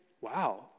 wow